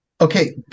Okay